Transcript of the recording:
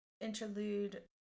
Interlude